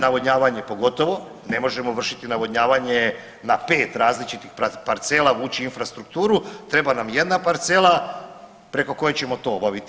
Navodnjavanje pogotovo, ne možemo vršiti navodnjavanje na 5 različitih parcela, vući infrastrukturu, treba nam jedna parcela preko koje ćemo to obaviti.